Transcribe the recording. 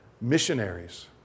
missionaries